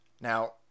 Now